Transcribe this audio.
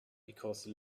because